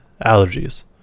Allergies